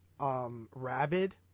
Rabid